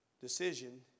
decision